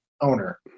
owner